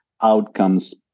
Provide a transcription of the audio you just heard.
outcomes